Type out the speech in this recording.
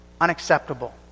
unacceptable